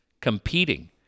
Competing